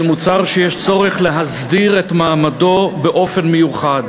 מוצר שיש צורך להסדיר את מעמדו באופן מיוחד,